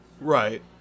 Right